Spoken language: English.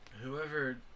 whoever